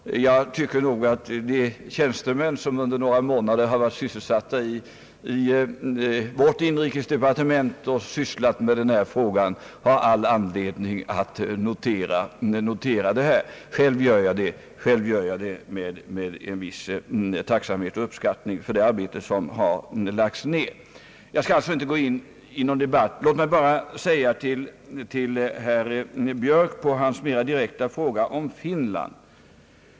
De tjänstemän som under några månader i vårt inrikesdepartement sysslat med denna fråga har all anledning att notera detta. Själv noterar jag det med en viss tacksamhet för och uppskattning av det arbete som har lagts ned. Jag skall alltså inte gå in på någon debatt. Låt mig bara svara på herr Björks mera direkta fråga om Finland.